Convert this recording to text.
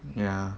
ya